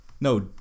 no